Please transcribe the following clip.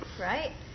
right